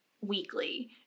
weekly